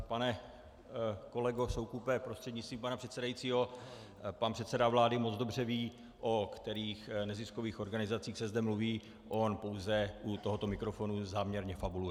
Pane kolego Soukupe prostřednictvím pana předsedajícího, pan předseda vlády moc dobře ví, o kterých neziskových organizacích se zde mluví, on pouze u tohoto mikrofonu záměrně fabuluje.